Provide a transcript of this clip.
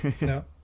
no